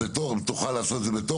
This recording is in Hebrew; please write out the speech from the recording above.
אז תוכל לעשות את זה בתוך.